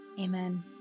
Amen